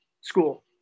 school